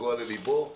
לנגוע לליבו,